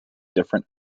different